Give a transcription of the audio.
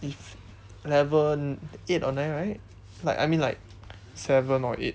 if level eight or nine right like I mean like seven or eight